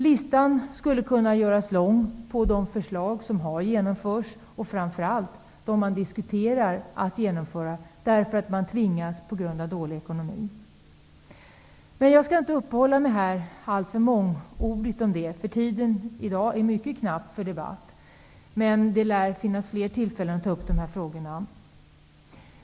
Listan skulle kunna göras lång på de förslag som har genomförts och framför allt på de förslag som kommunerna på grund av dålig ekonomi diskuterar att genomföra. Jag skall inte vara alltför mångordig om detta, eftersom tiden i dag är mycket knapp för debatt. Det lär finnas fler tillfällen att ta upp dessa frågor.